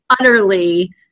utterly